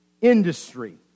industry